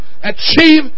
achieve